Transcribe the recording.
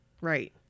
Right